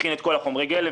הכין את כל חומרי הגלם,